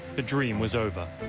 the dream was over.